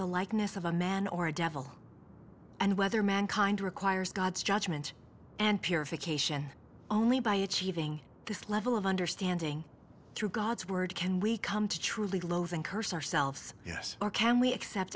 the likeness of a man or a devil and whether mankind requires god's judgement and purification only by achieving this level of understanding through god's word can we come to truly loathe and curse ourselves yes or can we accept